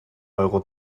euro